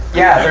yeah.